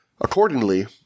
Accordingly